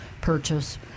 purchase